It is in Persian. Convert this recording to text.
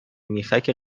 میخک